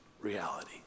reality